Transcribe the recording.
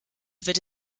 wird